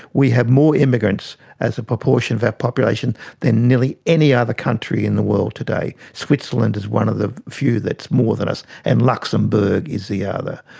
we have more immigrants as a proportion of our population than nearly any other country in the world today. switzerland is one of the few that's more than us, and luxembourg is the other.